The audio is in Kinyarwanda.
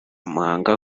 muhanga